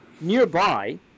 nearby